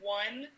one